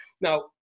Now